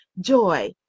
joy